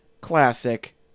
classic